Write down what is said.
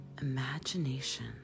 imagination